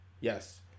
yes